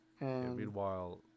Meanwhile